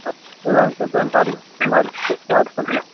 हँ बिकलाँगके बिमारी तिमारी सुबिधा सब नहि